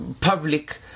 public